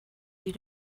you